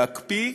להקפיא,